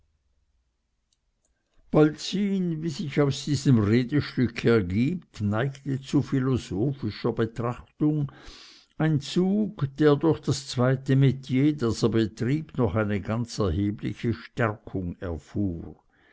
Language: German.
polzin wie sich aus diesem redestück ergibt neigte zu philosophischer betrachtung ein zug der durch das zweite metier das er betrieb noch eine ganz erhebliche stärkung erfuhr